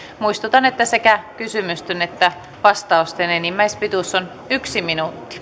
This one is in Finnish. muistutan että sekä kysymysten että vastausten enimmäispituus on yksi minuutti